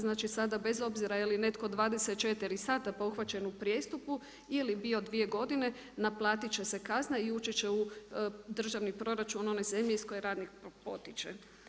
Znači sada bez obzira je li netko 24h pa uhvaćen u prijestupu ili bio 2 godine naplatiti će se kazna i ući će u državni proračun one zemlje iz koje radnik potiče.